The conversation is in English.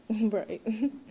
Right